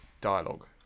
dialogue